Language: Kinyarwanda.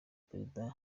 perezida